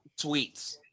tweets